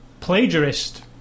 plagiarist